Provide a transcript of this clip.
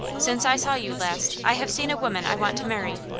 since i saw you last i have seen a woman i want to marry,